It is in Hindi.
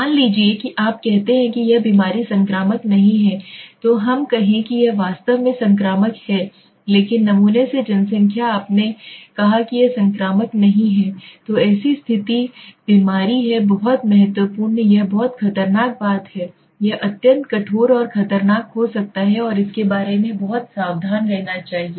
मान लीजिए कि आप कहते हैं कि यह बीमारी संक्रामक नहीं है तो हम कहें कि यह वास्तव में संक्रामक है लेकिन नमूने से जनसंख्या आपने कहा कि यह संक्रामक नहीं है तो ऐसी स्थिति बीमारी है बहुत महत्वपूर्ण बात यह बहुत खतरनाक बात है यह अत्यंत कठोर और खतरनाक हो जाता है और इसके के बारे में बहुत सावधान रहना चाहिए